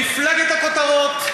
מפלגת הכותרות.